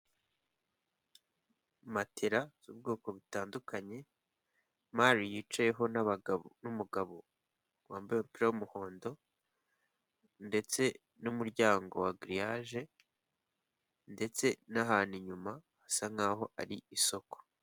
Matela z'ubwoko butandukanye, mari yicayeho n'umugabo wambaye umupira y'umuhondo, ndetse n'umuryango wa giriyaje ndetse n'ahantu inyuma hasa nk'aho ari isoko.